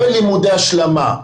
ולימודי השלמה.